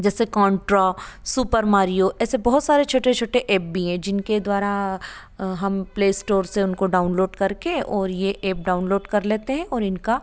जैसे Contra Super Mario ऐसे बहुत सारे छोटे छोटे एप भी है जिनके द्वारा हम प्ले एस्टोर से उनको डाउनलोड करके और ये एप डाउनलोड कर लेते हैं और इनका